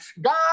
God